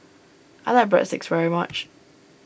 I like Breadsticks very much